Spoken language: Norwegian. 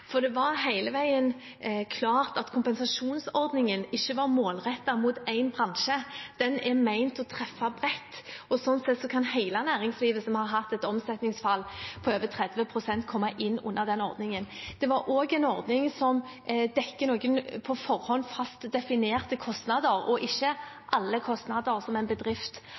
For det var hele veien klart at kompensasjonsordningen ikke var målrettet mot én bransje. Den er ment å treffe bredt. Sånn sett kan hele næringslivet som har hatt et omsetningsfall på over 30 pst., komme inn under den ordningen. Det er også en ordning som dekker noen på forhånd fast definerte kostnader, og ikke alle kostnader som en bedrift